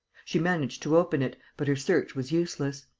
she managed to open it but her search was useless.